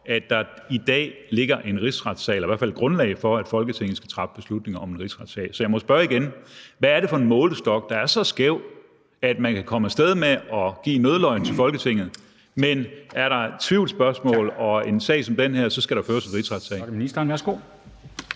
at der i dag ligger en rigsretssag eller i hvert fald et grundlag for, at Folketinget skal træffe beslutning om en rigsretssag. Så jeg må spørge igen: Hvad er det for en målestok, der er så skæv, at man kan komme af sted med at give en nødløgn til Folketinget, men er der tvivlsspørgsmål og en sag som den her, så skal der føres en rigsretssag?